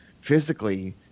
physically